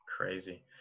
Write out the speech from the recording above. Crazy